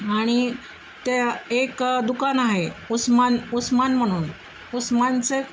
आणि त्या एक दुकान आहे उस्मान उस्मान म्हणून उस्मानचं